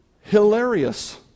hilarious